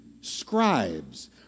scribes